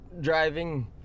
Driving